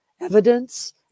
evidence